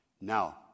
Now